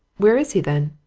where is he, then?